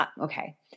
okay